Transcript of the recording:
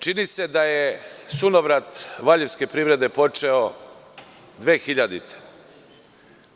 Čini se da je sunovrat Valjevske privrede počeo 2000. godine.